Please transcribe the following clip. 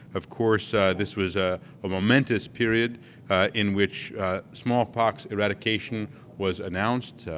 of course this was a ah momentous period in which smallpox eradication was announced,